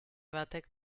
batek